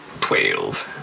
Twelve